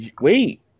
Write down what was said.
wait